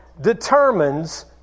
determines